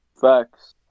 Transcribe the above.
facts